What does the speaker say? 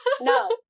no